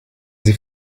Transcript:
sie